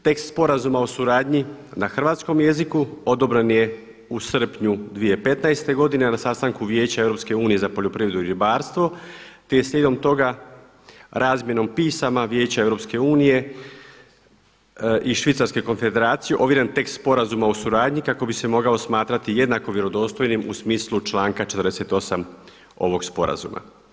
Tekst sporazuma o suradnji na hrvatskom jeziku odobren je u srpnju 2015. na sastanku Vijeća EU za poljoprivredu i ribarstvo, te je slijedom toga razmjenom pisama Vijeća EU i Švicarske konfederacije ovjeren tekst sporazuma o suradnji kako bi se mogao smatrati jednako vjerodostojnim u smislu članka 48. ovog sporazuma.